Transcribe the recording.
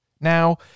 Now